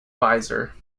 visor